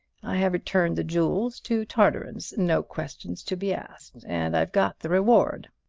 i have returned the jewels to tarteran's, no questions to be asked, and i've got the reward.